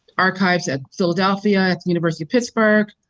archives at philadelphia university of pittsburgh.